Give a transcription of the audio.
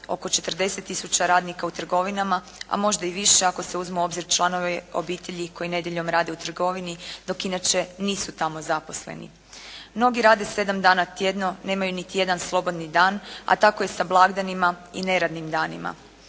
oko 40 tisuća radnika u trgovinama, a možda i više ako se uzmu u obzir članovi obitelji koji nedjeljom rade u trgovini, dok inače nisu tamo zaposleni. Mnogi rade 7 dana tjedno, nemaju niti jedan slobodni dan, a tako i sa blagdanima i neradnim danima.